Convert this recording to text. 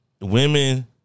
Women